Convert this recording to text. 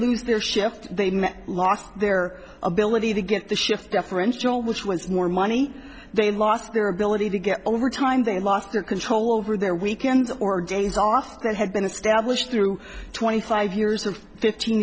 lose their shift they lost their ability to get the shift differential which was more money they lost their ability to get overtime they lost their control over their weekends or days off that had been established through twenty five years of fifteen